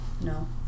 No